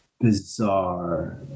bizarre